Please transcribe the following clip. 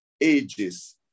ages